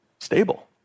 stable